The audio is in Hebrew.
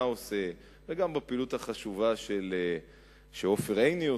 עושה וגם בפעילות החשובה שעופר עיני,